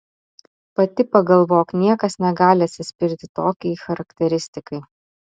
pati pagalvok niekas negali atsispirti tokiai charakteristikai